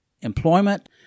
employment